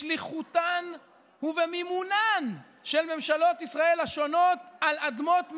בשליחותן ובמימונן של ממשלות ישראל השונות על אדמות מדינה.